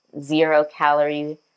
zero-calorie